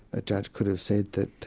a judge could have said that